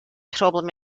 problem